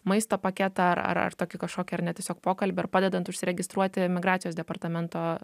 maisto paketą ar ar ar tokį kažkokį ar ne tiesiog pokalbį ar padedant užsiregistruoti migracijos departamento